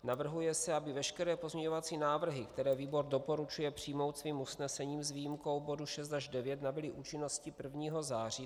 Navrhuje se, aby veškeré pozměňovací návrhy, které výbor doporučuje přijmout svým usnesením, s výjimkou bodu 6 až 9, nabyly účinnosti 1. září.